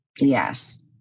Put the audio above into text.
yes